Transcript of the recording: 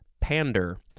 pander